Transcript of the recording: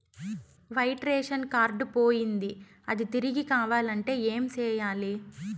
white ration card పోయింది అది తిరిగి కావాలంటే ఏం సేయాలి